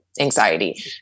anxiety